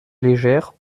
légère